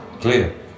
clear